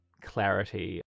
clarity